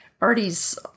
Artie's